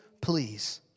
please